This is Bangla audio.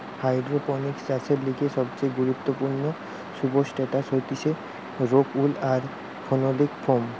হাইড্রোপনিক্স চাষের লিগে সবচেয়ে গুরুত্বপূর্ণ সুবস্ট্রাটাস হতিছে রোক উল আর ফেনোলিক ফোম